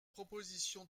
proposition